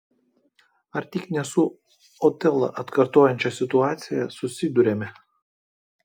ar tik ne su otelą atkartojančia situacija susiduriame